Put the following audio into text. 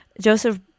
Joseph